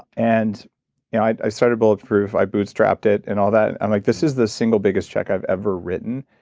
and and i i started bulletproof, i bootstrapped it and all that. i'm like, this is the single biggest check i've ever written.